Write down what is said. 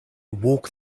walk